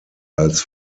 als